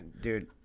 Dude